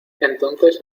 entonces